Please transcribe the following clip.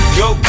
go